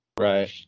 Right